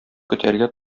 көтәргә